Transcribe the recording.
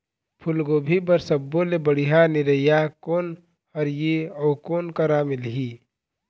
फूलगोभी बर सब्बो ले बढ़िया निरैया कोन हर ये अउ कोन करा मिलही?